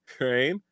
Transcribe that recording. Right